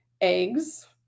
eggs